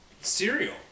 cereal